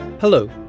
Hello